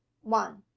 one